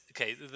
okay